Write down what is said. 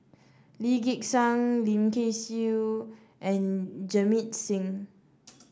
Lee Gek Seng Lim Kay Siu and Jamit Singh